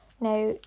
Now